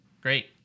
great